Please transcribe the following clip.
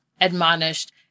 admonished